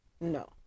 No